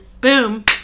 boom